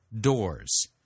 doors